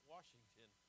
Washington